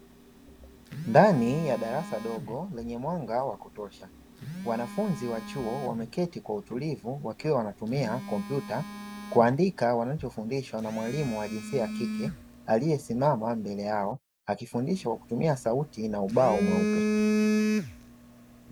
Ndani ya darasa dogo lenye mwanga wa kutosha, wanafunzi wa chuo wameketi kwa utulivu wakiwa wanatumia kompyuta kuandika wanachofundishwa, na mwalimu wa jinsia ya kike aliyesimama mbele yao, akifundisha kwa kutumia sauti na ubao mweupe.